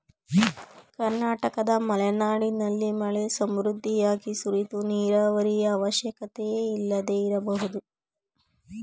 ಕರ್ನಾಟಕದ ಮಲೆನಾಡಿನಲ್ಲಿ ಮಳೆ ಸಮೃದ್ಧಿಯಾಗಿ ಸುರಿದು ನೀರಾವರಿಯ ಅವಶ್ಯಕತೆಯೇ ಇಲ್ಲದೆ ಇರಬಹುದು